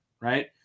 right